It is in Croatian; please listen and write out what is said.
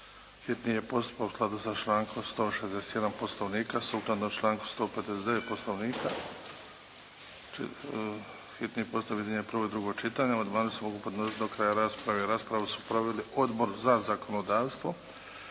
Hitni je postupak, u skladu sa člankom 161. Poslovnika sukladno članku 159. Poslovnika. Hitni postupak objedinjuje prvo i drugo čitanje. Amandmani se mogu podnositi do kraja rasprave. Raspravu su proveli Odbor za zakonodavstvo,